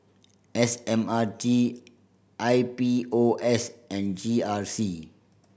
S M R T I P O S and G R C